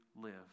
live